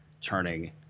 turning